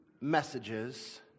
messages